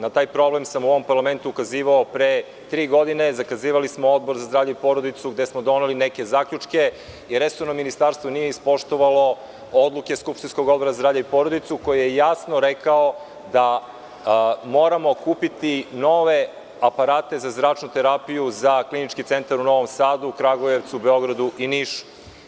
Na taj problem sam u ovom parlamentu ukazivao pre tri godine, zakazivali smo Odbor za zdravlje i porodicu gde smo doneli neke zaključke i resorno ministarstvo nije ispoštovalo odluke skupštinskog Odbora za zdravlje i porodicu, koji je jasno rekao da moramo kupiti nove aparate za zračnu terapiju za Klinički centar u Novom Sadu, Kragujevcu, Beogradu i Nišu.